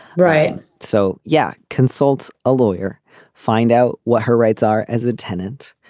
right so yeah consult a lawyer find out what her rights are as a tenant